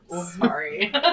Sorry